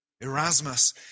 Erasmus